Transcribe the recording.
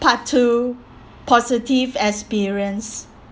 part two positive experience